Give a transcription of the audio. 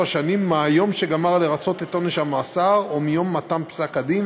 שנים מהיום שגמר לרצות את עונש המאסר או מיום מתן פסק הדין,